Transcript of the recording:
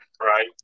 Right